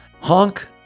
honk